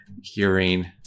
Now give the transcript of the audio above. hearing